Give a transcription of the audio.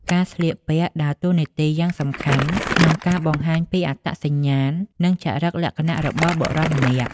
ការស្លៀកពាក់ដើរតួនាទីយ៉ាងសំខាន់ក្នុងការបង្ហាញពីអត្តសញ្ញាណ និងចរិតលក្ខណៈរបស់បុរសម្នាក់។